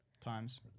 times